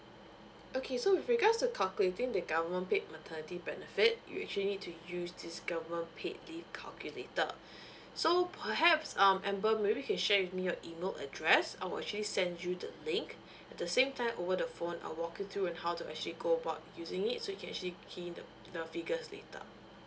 okay so with regards to calculating the government paid maternity benefit you actually need to use this government paid leave calculator so perhaps um amber maybe you can share with me your email address I will actually send you the link at the same time over the phone I'll walk you through and how to actually go about using it so you can actually key in the the figures later